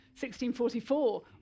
1644